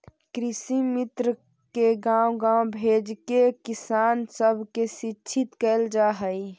कृषिमित्र के गाँव गाँव भेजके किसान सब के शिक्षित कैल जा हई